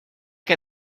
que